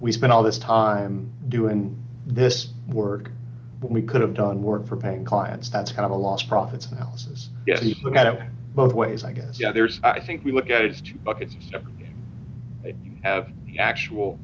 we spent all this time doing this work but we could have done work for paying clients that's kind of a lost profits analysis look at it both ways i guess yeah there's i think we look at it's two buckets you have the actual